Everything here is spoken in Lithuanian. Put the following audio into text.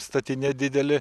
statinė didelė